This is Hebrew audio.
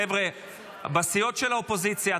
חבר'ה בסיעות של האופוזיציה,